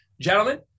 Gentlemen